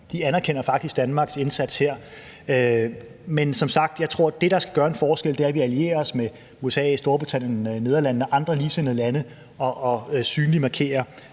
de anerkender faktisk Danmarks indsats her. Men som sagt tror jeg, at det, der skal gøre en forskel, er, at vi allierer os med USA, Storbritannien og Nederlandene og andre ligesindede lande og synligt markerer,